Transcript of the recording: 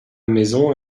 maison